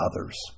others